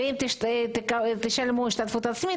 ואם תשלמו השתתפות עצמית,